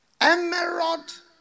Emerald